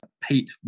Pete